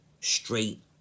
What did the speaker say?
straight